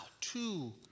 two